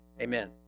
Amen